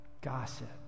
gossip